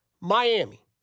Miami